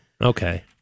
Okay